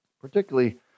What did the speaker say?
Particularly